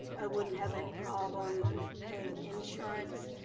wouldn't have any problem with paying insurance,